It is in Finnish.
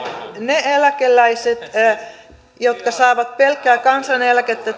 ne eläkeläiset jotka saavat pelkkää kansaneläkettä